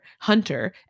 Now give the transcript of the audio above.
Hunter